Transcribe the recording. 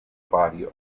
body